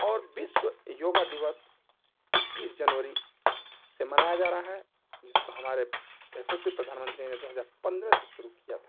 और विश्व योगा दिवस इक्कीस जनवरी से मनाया जा रहा है जिसको हमारे यशश्वी प्रधानमंत्री दो हज़ार पंद्रह से शुरू किया था